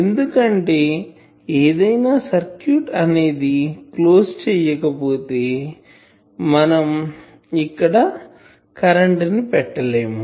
ఎందుకంటే ఏదైనా సర్క్యూట్ అనేది క్లోజ్ చెయ్యకపో తే మనం ఇక్కడ కరెంటు ని పెట్టలేము